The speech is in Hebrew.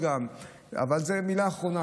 אבל זו המילה האחרונה.